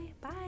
Bye